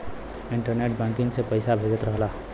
internet banking से पइसा भेजत रहला